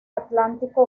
atlántico